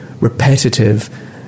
repetitive